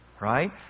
right